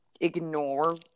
ignore